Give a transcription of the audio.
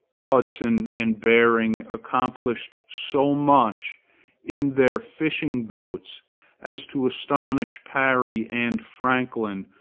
hudson and behring accomplished so much in their fishing-boats as to astonish parry and franklin,